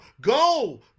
Go